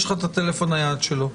יש לך את הטלפון הנייד שלו.